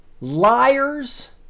liars